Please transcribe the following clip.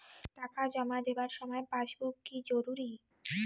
টাকা জমা দেবার সময় পাসবুক কি জরুরি?